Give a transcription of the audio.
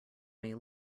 may